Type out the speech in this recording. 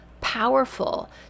powerful